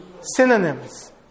synonyms